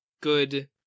good